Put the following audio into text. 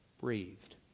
breathed